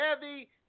Heavy